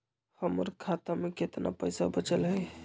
हमर खाता में केतना पैसा बचल हई?